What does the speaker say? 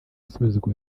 asubizwa